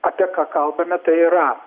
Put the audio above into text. apie ką kalbame tai yra